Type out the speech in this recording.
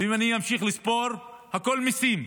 ואם אני אמשיך לספור, הכול מיסים.